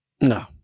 No